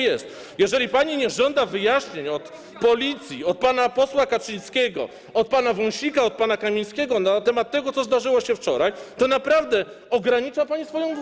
Jeżeli pani nie żąda wyjaśnień od policji, od pana posła Kaczyńskiego, od pana Wąsika, od pana Kamińskiego na temat tego, co zdarzyło się wczoraj, to naprawdę ogranicza pani swoją władzę.